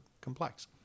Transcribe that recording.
complex